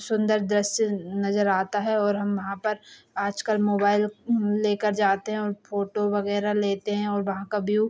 सुन्दर दृश्य नज़र आता है और हम वहाँ पर आजकल मोबाइल लेकर जाते हैं और फ़ोटो वग़ैरह लेते हैं और वहाँ का व्यू